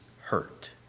hurt